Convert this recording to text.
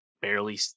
Barely